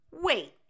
Wait